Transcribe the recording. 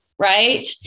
right